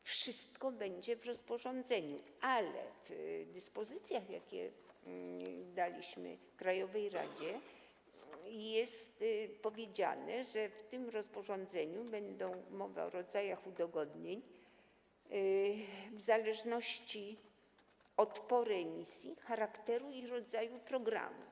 Wszystko będzie w rozporządzeniu, ale w dyspozycjach, jakie daliśmy krajowej radzie, jest wskazane, że w tym rozporządzeniu będzie mowa o rodzajach udogodnień w zależności od pory emisji, charakteru i rodzaju programu.